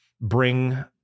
bring